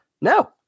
No